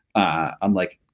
i'm like,